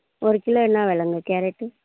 ஒரு கிலோ என்ன வெலைங்க கேரட்டு